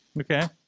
Okay